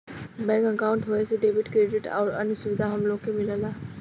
bank अंकाउट होये से डेबिट, क्रेडिट आउर अन्य सुविधा हम लोग के मिलला